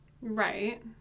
Right